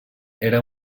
era